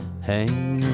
hang